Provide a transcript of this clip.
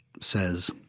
says